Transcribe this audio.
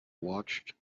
watched